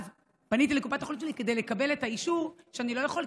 פניתי לקופת החולים שלי כדי לקבל את האישור לכך שאני לא יכול.